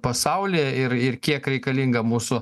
pasaulyje ir ir kiek reikalinga mūsų